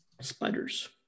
Spiders